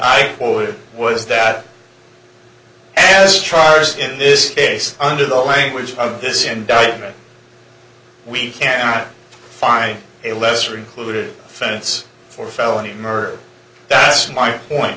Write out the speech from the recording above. quoted was that as charged in this case under the language of this indictment we cannot find a lesser included offense for felony murder that's my point